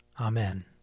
Amen